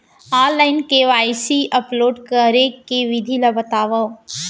Online KYC upload करे के विधि ला बतावव?